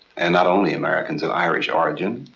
and not only americans of irish origin,